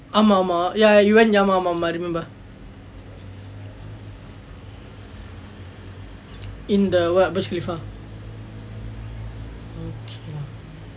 ஆமாம் ஆமாம்:aamaam aamaam ya you went ஆமாம் ஆமாம் ஆமாம்:aamaam aamaam aamaam I remember I remember in the what burj khalifa